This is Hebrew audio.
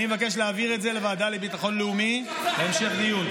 אני מבקש להעביר את זה לוועדה לביטחון לאומי להמשך דיון.